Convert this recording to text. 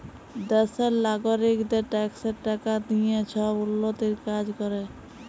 দ্যাশের লগারিকদের ট্যাক্সের টাকা দিঁয়ে ছব উল্ল্যতির কাজ ক্যরে